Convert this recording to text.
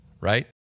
right